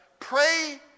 Pray